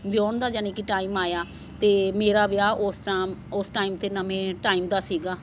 ਵਿਆਹੁਣ ਦਾ ਯਾਨੀ ਕਿ ਟਾਈਮ ਆਇਆ ਅਤੇ ਮੇਰਾ ਵਿਆਹ ਉਸ ਟਾਮ ਉਸ ਟਾਈਮ 'ਤੇ ਨਵੇਂ ਟਾਈਮ ਦਾ ਸੀਗਾ